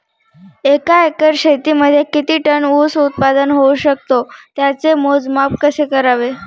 एका एकर शेतीमध्ये किती टन ऊस उत्पादन होऊ शकतो? त्याचे मोजमाप कसे करावे?